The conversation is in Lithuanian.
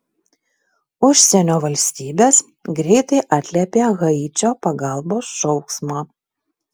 užsienio valstybės greitai atliepė haičio pagalbos šauksmą